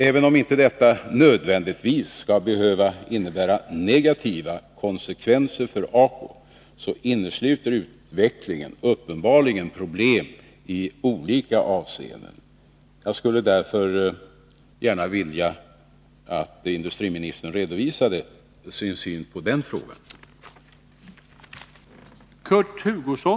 Även om inte detta nödvändigtvis skall behöva innebära negativa konsekvenser för ACO, innesluter utvecklingen uppenbarligen problem i olika avseenden. Jag skulle därför gärna vilja att industriministern redovisade sin syn på den frågan.